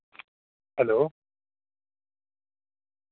hello